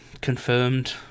confirmed